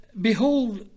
Behold